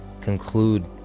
conclude